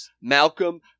Malcolm